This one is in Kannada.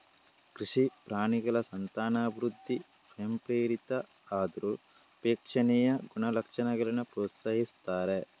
ಕೃಷಿ ಪ್ರಾಣಿಗಳ ಸಂತಾನವೃದ್ಧಿ ಸ್ವಯಂಪ್ರೇರಿತ ಆದ್ರೂ ಅಪೇಕ್ಷಣೀಯ ಗುಣಲಕ್ಷಣಗಳನ್ನ ಪ್ರೋತ್ಸಾಹಿಸ್ತಾರೆ